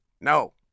No